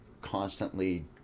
constantly